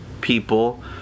people